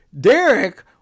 Derek